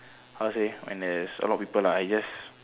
how say when there's a lot people lah I just